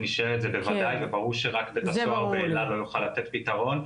נשארת זה בוודאי וברור שרק בית סוהר באלה לא יוכל לתת פתרון,